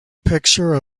picture